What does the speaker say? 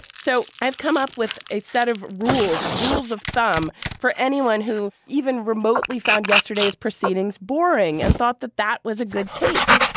so i've come up with a set of rules. rules of thumb for anyone who even remotely found yesterday's proceedings boring and thought that that was a good take.